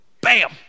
Bam